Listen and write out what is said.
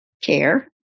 care